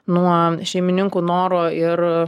nuo šeimininkų noro ir